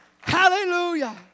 Hallelujah